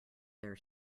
their